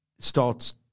starts